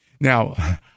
Now